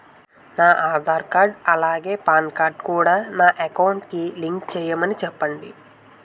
నా ఆధార్ కార్డ్ అలాగే PAN card కూడా నా అకౌంట్ కి లింక్ చేయమని చెప్పండి